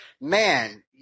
man